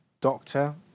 doctor